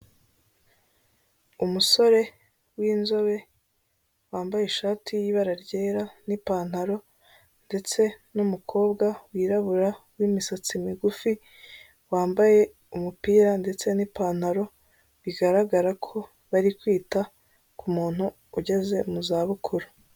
Umusore w'inzobe wambaye ishati y'ibara ryera n'ipantaro, ndetse n'umukobwa wirabura, w'imisatsi migufi wambaye umupira ndetse n'ipantaro; bigaragara ko bari kwita ku muntu ugeze mu za bukuru.